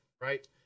Right